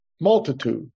Multitude